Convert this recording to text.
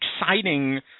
exciting